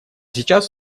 сейчас